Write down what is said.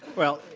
well,